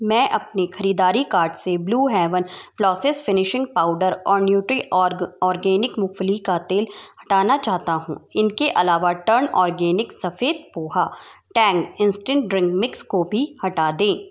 मैं अपनी ख़रीददारी कार्ट से Blue Heaven flawless finishing powder और न्यूट्रीऑर्ग ऑर्गेनिक मूँगफली का तेल हटाना चाहता हूँ इनके अलावा टर्न आर्गेनिक सफ़ेद poha Tang instant drink mix को भी हटा दें